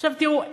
עכשיו תראו,